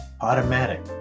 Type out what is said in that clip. Automatic